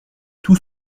tout